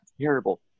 terrible